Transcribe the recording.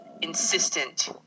insistent